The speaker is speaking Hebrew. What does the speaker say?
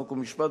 חוק ומשפט,